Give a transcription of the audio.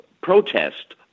protest